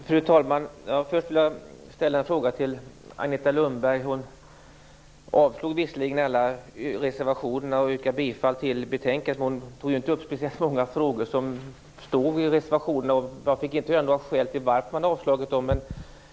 Fru talman! Jag skulle vilja ställa några frågor till Agneta Lundberg. Hon yrkade visserligen avslag på alla reservationer och bifall till hemställan i betänkandet, men hon tog inte upp speciellt många av de frågor som finns i reservationerna, och vi fick inte höra några skäl till varför hon yrkade avslag på dem.